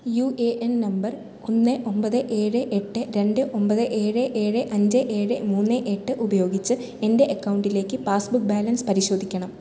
U A N number ഒന്ന് ഒൻപത് ഏഴ് എട്ട് രണ്ട് ഒൻപത് ഏഴ് ഏഴ് അഞ്ച് ഏഴ് മൂന്ന് എട്ട് ഉപയോഗിച്ച് എൻ്റെ അക്കൗണ്ടിലേക്ക് പാസ്ബുക്ക് ബാലൻസ് പരിശോധിക്കണം